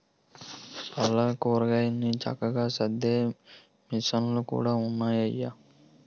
పళ్ళు, కూరగాయలన్ని చక్కగా సద్దే మిసన్లు కూడా ఉన్నాయయ్య